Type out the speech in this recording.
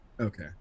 Okay